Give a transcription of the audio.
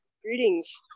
Greetings